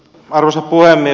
arvoisa puhemies